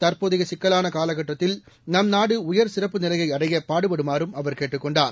தற்போதைய சிக்கலான காலகட்டத்தில் நம் நாடு உயர் சிறப்பு நிலையை அடைய பாடுபடுமாறும் அவர் கேட்டுக் கொண்டார்